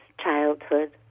childhood